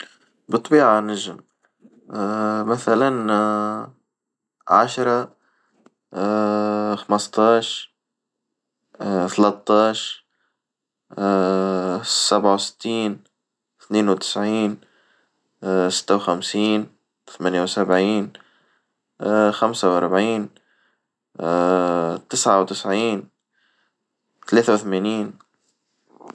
بالطبيعة نجم مثلًا عشرة، خمستاش، ثلاتاش، سبعة وستين، اثنين وتسعين، ستة وخمسين، ثمانية وسبعين، خمسة وأربعين تسعة وتسعين، تلاتة وثمانين.